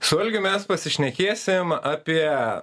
su algiu mes pasišnekėsim apie